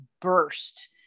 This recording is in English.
burst